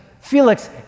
Felix